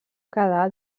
quedar